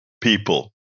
people